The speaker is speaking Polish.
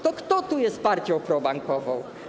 To kto tu jest partią probankową?